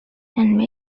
and